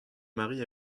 marie